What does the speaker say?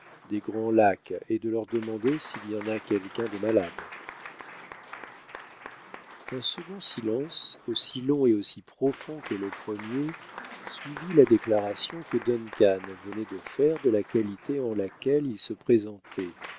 des grands lacs et de leur demander s'il y en a quelqu'un de malade un second silence aussi long et aussi profond que le premier suivit la déclaration que duncan venait de faire de la qualité en laquelle il se présentait